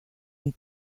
une